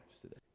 today